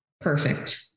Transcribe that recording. perfect